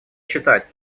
считать